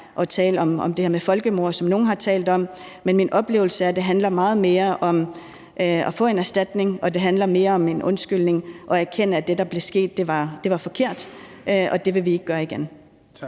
og tale om det her med folkemord, som nogle har talt om, men min oplevelse er, at det meget mere handler om at få en erstatning, og at det handler mere om en undskyldning og at erkende, at det, der skete, var forkert, og det vil man ikke gøre igen.